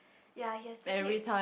ya he has to keep